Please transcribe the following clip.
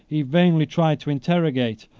he vainly tried to interrogate,